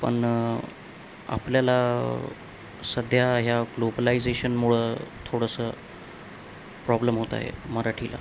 पण आपल्याला सध्या ह्या ग्लोबलायझेशनमुळं थोडंसं प्रॉब्लेम होत आहे मराठीला